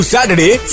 Saturday